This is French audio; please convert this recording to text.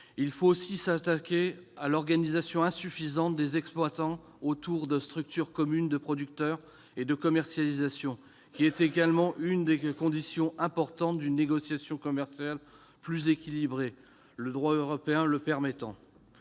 Il faut également s'attaquer à l'organisation insuffisante des exploitants autour de structures communes de producteurs et de commercialisation, qui est l'une des conditions importantes d'une négociation commerciale plus équilibrée, le droit européen le permettant.